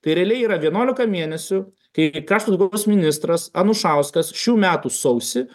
tai realiai yra vienuolika mėnesių kai krašto apsaugos ministras anušauskas šių metų sausį